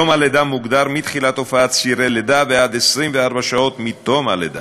יום הלידה מוגדר מתחילת הופעת צירי לידה ועד 24 שעות מתום הלידה.